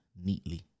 neatly